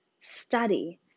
study